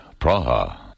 Praha